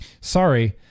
Sorry